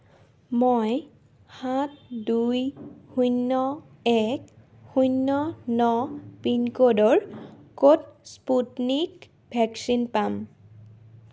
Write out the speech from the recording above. মই সাত দুই শূন্য এক শূন্য ন পিন ক'ডৰ ক'ত স্পুটনিক ভেকচিন পাম